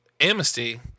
Amnesty